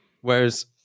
Whereas